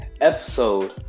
episode